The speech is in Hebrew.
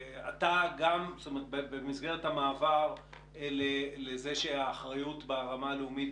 במסגרת המעבר לזה שהאחריות ברמה הלאומית